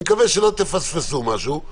אני מקווה שלא תפספסו משהו,